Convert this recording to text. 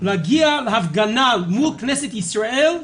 להגיע להפגנה מול כנסת ישראל,